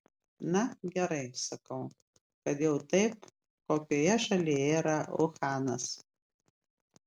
na gerai sakau kad jau taip kokioje šalyje yra uhanas